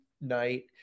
night